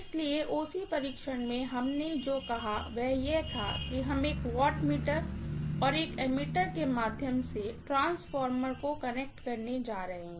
इसलिए OC परीक्षण में हमने जो कहा वह यह था कि हम एक वाटमीटर और एक एमीटर के माध्यम से ट्रांसफार्मर को कनेक्ट करने जा रहे हैं